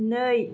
नै